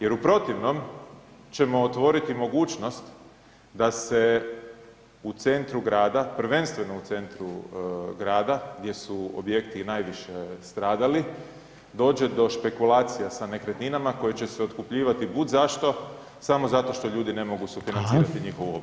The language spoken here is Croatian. Jer u protivnom ćemo otvoriti mogućnost da se u centru grada, prvenstveno u centru grada gdje su objekti i najviše stradali dođe do špekulacija sa nekretninama koje će se otkupljivati bud zašto samo zato što ljudi ne mogu sufinancirati njihovu obnovu.